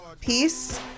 peace